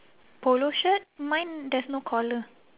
polo shirt mine there's no collar